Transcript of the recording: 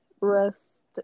rest